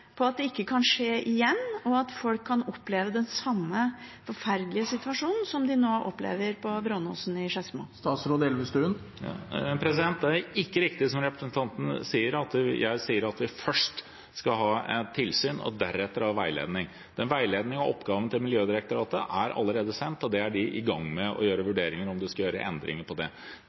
på at det ikke kan skje igjen, og at folk kan oppleve den samme forferdelige situasjonen som de nå opplever på Brånåsen i Skedsmo. Det er ikke riktig som representanten sier, at jeg sier at vi først skal ha tilsyn og deretter veiledning. Veiledningen – oppgaven til Miljødirektoratet – er allerede sendt, og de er i gang med å vurdere om de skal gjøre endringer